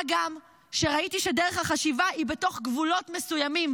מה גם שראיתי שדרך החשיבה היא בתוך גבולות מסוימים,